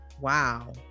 Wow